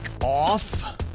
off